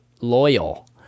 Loyal